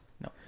No